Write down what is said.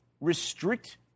restrict